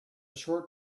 short